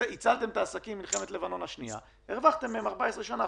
הצלתם את העסקים במלחמת לבנון השנייה והרווחתם מהם 14 שנה.